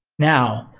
now,